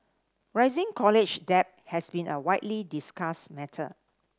rising college debt has been a widely discussed matter